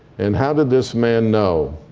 and how did this man know?